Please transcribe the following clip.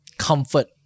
comfort